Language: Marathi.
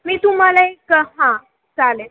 मी तुम्हाला एक हां चालेल